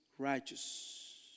Righteous